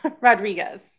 Rodriguez